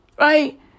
Right